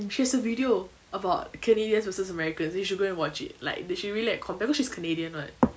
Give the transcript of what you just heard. she has a video about canadians versus americans you should go and watch it like she really like compare cause she's canadian what